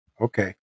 Okay